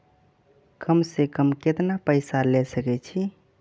कम से कम केतना पैसा ले सके छी?